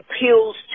appeals